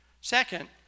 Second